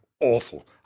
Awful